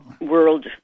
world